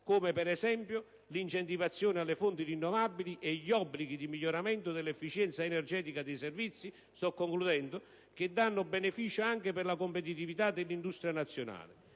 come per esempio l'incentivazione alle fonti rinnovabili e gli obblighi di miglioramento dell'efficienza energetica dei servizi, che danno benefici anche per la competitività dell'industria nazionale.